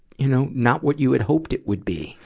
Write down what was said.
you know, not what you had hoped it would be.